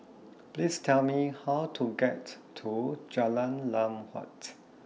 Please Tell Me How to get to Jalan Lam Huat